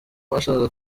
bashakaga